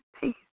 Peace